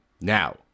Now